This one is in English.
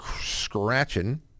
scratching